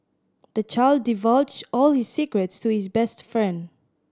the child divulged all his secrets to his best friend